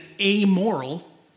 amoral